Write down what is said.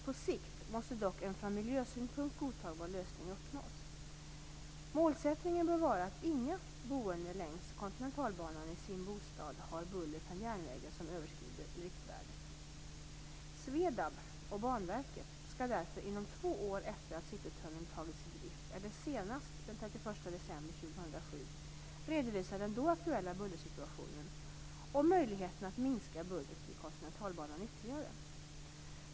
På sikt måste dock en från miljösynpunkt godtagbar lösning uppnås. Målsättningen bör vara att inga boende längs Kontinentalbanan i sin bostad har buller från järnvägen som överskrider riktvärdet. SVEDAB och Banverket skall därför inom två år efter att Citytunneln tagits i drift, eller senast den 31 december 2007 redovisa den då aktuella bullersituationen och möjligheterna att minska bullret vid Kontinentalbanan ytterligare.